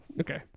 okay